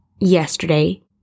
Yesterday